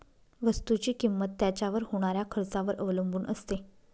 वस्तुची किंमत त्याच्यावर होणाऱ्या खर्चावर अवलंबून असते